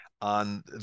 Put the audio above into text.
on